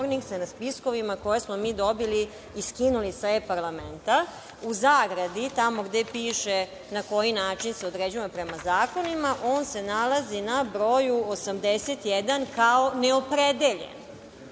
na spiskovima, koje smo mi dobili i skinuli sa e-parlamenta, u zagradi, tamo gde piše na koji način se određujemo prema zakonima, nalazi na broju 81. kao neopredeljen. Ovde